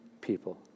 people